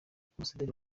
ambasaderi